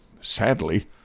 Sadly